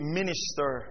minister